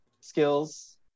skills